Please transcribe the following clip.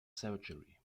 surgery